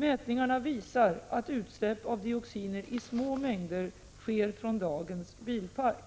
Mätningarna visar att utsläpp av dioxiner i små mängder sker från dagens bilpark.